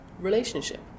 relationship